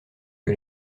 que